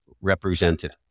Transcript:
represented